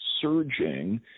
surging